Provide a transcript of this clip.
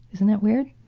isn't that weird?